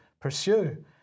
pursue